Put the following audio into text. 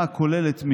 ביטלנו את הפגישות